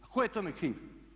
A tko je tome kriv?